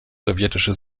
sowjetische